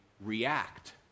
react